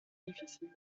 difficile